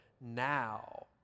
now